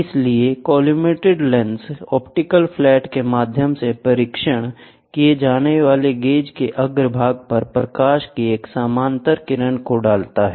इसलिए collimated lens optical flat के माध्यम से परीक्षण किए जाने वाले गेज के अग्रभाग पर प्रकाश की एक समानांतर किरण को डालता है